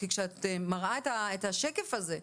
כי כשאת מראה את השקף הזה,